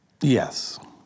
Yes